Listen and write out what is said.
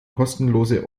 kostenlose